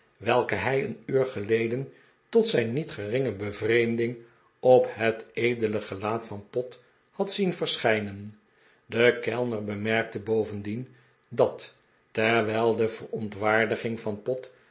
welken hij een uur geleden tot zijn niet geringe bevreemding op het edele gelaat van pott had zien verschijnen de kellner bemerkte bovendien dat terwijl de verontwaardiging van pott